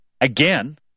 again